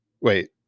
Wait